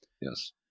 Yes